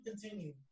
continue